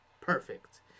perfect